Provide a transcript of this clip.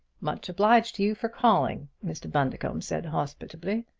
much obliged to you for calling, mr. bundercombe said hospitably.